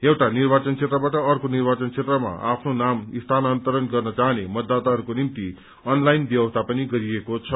एउटा निर्वाचन क्षेत्रबाट अर्को निर्वाचन क्षेत्रमा आफ्नो नाम स्थानान्तरण गर्न चाहने मतदाताहरूको निम्ति अनलाइन व्यवस्था पनि गरिएको छ